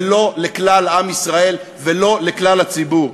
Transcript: ולא לכלל עם ישראל ולא לכלל הציבור.